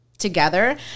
together